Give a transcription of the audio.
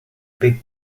big